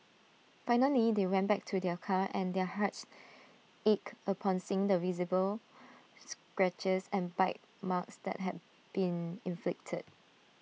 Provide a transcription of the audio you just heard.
finally they went back to their car and their hearts ached upon seeing the visible scratches and bite marks that had been inflicted